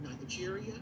Nigeria